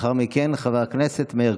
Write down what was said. לאחר מכן, חבר הכנסת מאיר